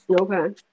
Okay